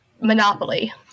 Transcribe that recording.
monopoly